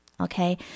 Okay